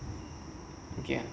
ya